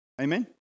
Amen